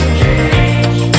Change